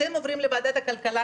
אתם עוברים לוועדת הכלכלה,